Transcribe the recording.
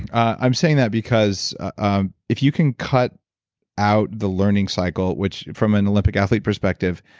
i'm saying that because um if you can cut out the learning cycle, which from an olympic-athlete perspective,